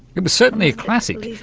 it was certainly a classic,